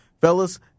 Fellas